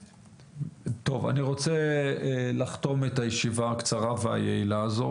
אני רוצה לחתום את הישיבה הקצרה והיעילה הזו.